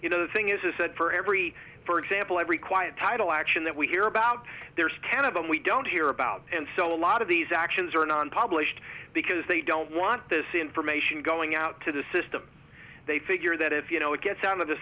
you know the thing is is that for every for example every quiet title action that we hear about there's ten of them we don't hear about and so a lot of these actions are not on published because they don't want this information going out to the system they figure that if you know it gets out of the